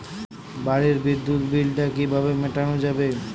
বাড়ির বিদ্যুৎ বিল টা কিভাবে মেটানো যাবে?